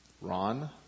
Ron